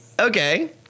Okay